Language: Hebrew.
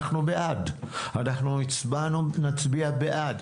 אנחנו בעד, אנחנו נצביע בעד.